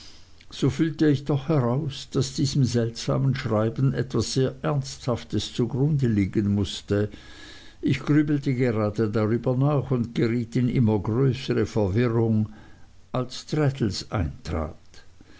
so fühlte ich doch heraus daß diesem seltsamen schreiben etwas sehr ernsthaftes zugrunde liegen mußte ich grübelte gerade darüber nach und geriet in immer größere verwirrung als traddles eintrat